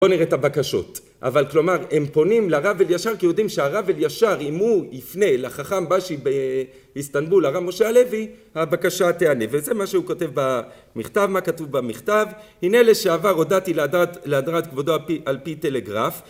בוא נראה את הבקשות אבל כלומר הם פונים לרב אל ישר כי יודעים שהרב אל ישר אם הוא יפנה לחכם בשי באיסטנבול הרב משה הלוי הבקשה תענה וזה מה שהוא כותב במכתב מה כתוב במכתב הנה אלה שעבר הודעתי להדרת כבודו על פי טלגרף